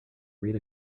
read